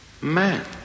Man